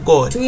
God